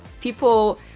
people